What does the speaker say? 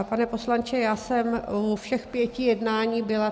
Pane poslanče, já jsem u všech pěti jednání byla.